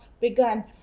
begun